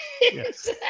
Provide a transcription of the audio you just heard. Yes